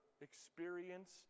experience